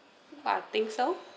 but I think so